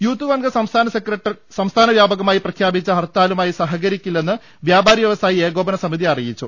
youth Congress സംസ്ഥാന വ്യാപകമായി പ്രഖ്യാപിച്ച ഹർത്താ ലുമായി സഹകരിക്കില്ലെന്ന് വ്യാപാരി വ്യവസായി ഏകോപന സമിതി അറിയിച്ചു